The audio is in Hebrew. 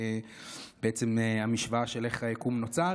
בעצם המשוואה של איך היקום נוצר?